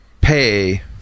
pay